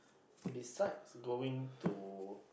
besides going to